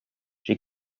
j’ai